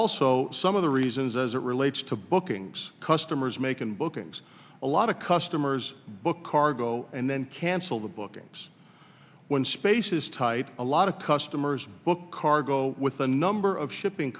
also some of the reasons as it relates to bookings customers making booking a lot of customers book cargo and then cancel the bookings when space is tight a lot of customers book cargo with a number of shipping